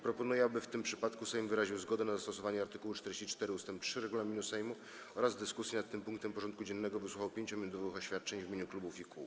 Proponuję, aby w tym przypadku Sejm wyraził zgodę na zastosowanie art. 44 ust. 3 regulaminu Sejmu oraz w dyskusji nad tym punktem porządku dziennego wysłuchał 5-minutowych oświadczeń w imieniu klubów i kół.